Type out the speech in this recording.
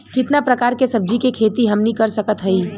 कितना प्रकार के सब्जी के खेती हमनी कर सकत हई?